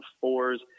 fours